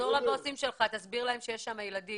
תחזור לבוסים שלך, תסביר להם שיש שם ילדים.